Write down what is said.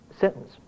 sentence